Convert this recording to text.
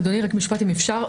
אדוני, רק משפט, אם אפשר.